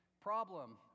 problem